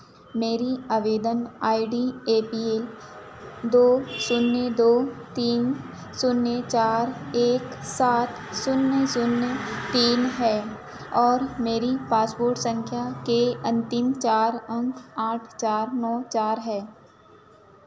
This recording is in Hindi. मेरी आवेदन I D A P L दो शून्य दो तीन शून्य चार एक सात शून्य शून्य तीन है और मेरी पासपोर्ट संख्या के अन्तिम चार अंक आठ चार नौ चार है